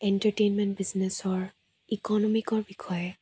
entertainment বিজনেছৰ ইকনমিকৰ বিষয়ে